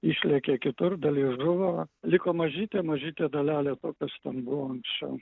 išlėkė kitur dalis žuvo liko mažytė mažytė dalelė to kas ten buvo anksčiau